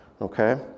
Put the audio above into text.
okay